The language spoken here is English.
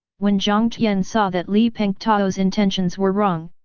when jiang tian saw that li pengtao's intentions were wrong,